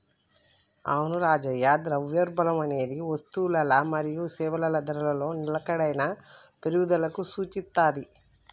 అవును రాజయ్య ద్రవ్యోల్బణం అనేది వస్తువులల మరియు సేవల ధరలలో నిలకడైన పెరుగుదలకు సూచిత్తది